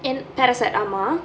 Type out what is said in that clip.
N parasite ஆமா:aamaa